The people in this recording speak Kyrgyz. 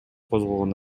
козголгон